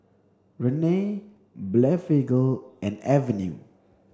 Rene Blephagel and Avene